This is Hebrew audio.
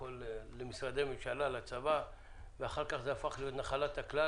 כל למשרדי הממשלה ולצבא ואחר כך הפך לנחלת הכלל,